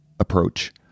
Approach